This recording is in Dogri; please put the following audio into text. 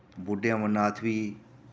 बुड्ढे अमरनाथ बी